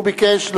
והוא ביקש,